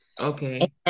Okay